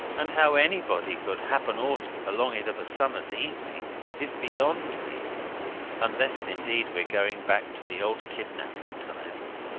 and how anybody could happen aught along it of a summer's evening is beyond me unless indeed we're going back to the old kidnapping times.